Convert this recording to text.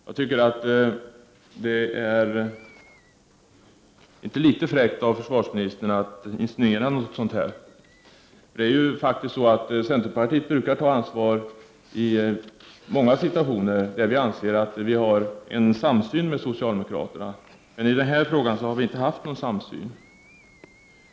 Jag tycker att det inte är litet fräckt av försvarsministern att insinuera detta. Centerpartiet brukar ta ansvar i många situationer, där centerpartiet anser att det har samma syn som socialdemokraterna. Men i denna fråga har det inte funnits någon samsyn.